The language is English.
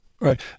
Right